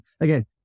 again